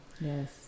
yes